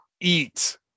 Eat